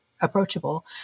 approachable